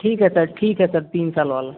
ठीक है सर ठीक है सर तीन साल वाला